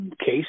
case